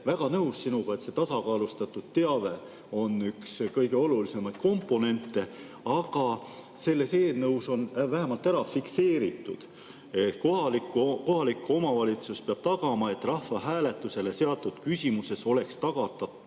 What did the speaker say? väga nõus sinuga, et see tasakaalustatud teave on üks kõige olulisemaid komponente, aga selles eelnõus on vähemalt ära fikseeritud, et kohalik omavalitsus peab tagama, et rahvahääletusele seatud küsimuses oleks tagatud